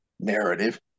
narrative